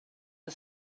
the